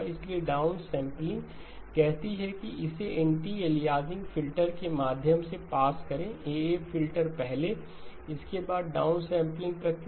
इसलिए down sampling कहती है कि इसे एंटी एलियासिंग फिल्टर के माध्यम से पास करें AA फिल्टर पहले इसके बाद डाउन सैंपलिंग प्रक्रिया